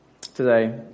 today